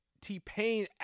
T-Pain